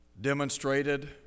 demonstrated